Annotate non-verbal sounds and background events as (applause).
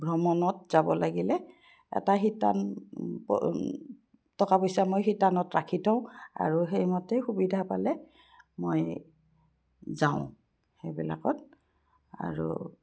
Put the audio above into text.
ভ্ৰমণত যাব লাগিলে এটা শিতান (unintelligible) টকা পইচা মই শিতানত ৰাখি থওঁ আৰু সেইমতেই সুবিধা পালে মই যাওঁ সেইবিলাকত আৰু